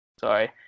sorry